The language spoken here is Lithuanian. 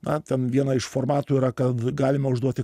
na ten viena iš formatų yra kad galima užduoti